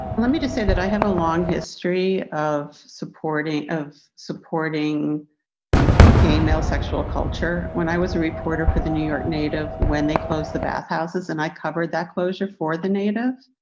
let me just say that i have a long history of supporting of supporting gay male sexual culture. when i was a reporter for the new york native, when they closed the bathhouses and i covered that closure for the natives,